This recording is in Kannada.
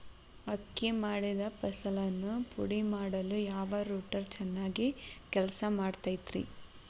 ಅಕ್ಕಿ ಮಾಡಿದ ಫಸಲನ್ನು ಪುಡಿಮಾಡಲು ಯಾವ ರೂಟರ್ ಚೆನ್ನಾಗಿ ಕೆಲಸ ಮಾಡತೈತ್ರಿ?